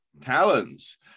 talents